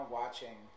watching